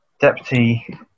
Deputy